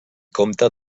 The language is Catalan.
comte